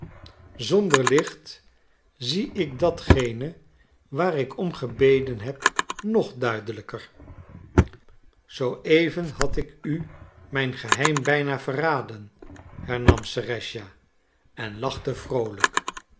zonder licht zie ik datgene waar ik om gebeden heb nog duidelijker zooeven had ik u mijn geheim bijna verraden hernam serëscha en lachte vroolijk